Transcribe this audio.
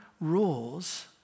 rules